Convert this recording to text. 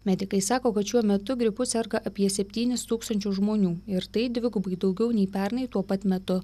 medikai sako kad šiuo metu gripu serga apie septynis tūkstančius žmonių ir tai dvigubai daugiau nei pernai tuo pat metu